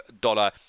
dollar